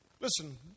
listen